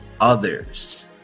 others